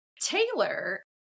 taylor